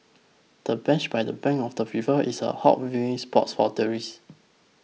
the bench by the bank of the river is a hot viewing spot for tourists